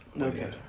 Okay